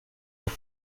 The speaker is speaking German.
auf